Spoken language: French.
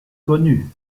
connu